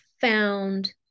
found